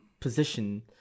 position